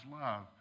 love